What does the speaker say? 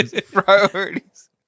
priorities